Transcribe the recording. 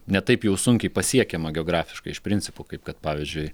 ne taip jau sunkiai pasiekiama geografiškai iš principo kaip kad pavyzdžiui